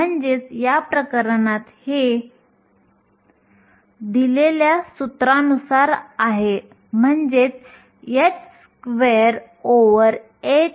आपण हे देखील पाहिले की गतिशीलता विखुरलेल्या वेळेवर अवलंबून असतात